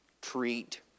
treat